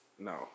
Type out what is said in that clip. No